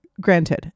Granted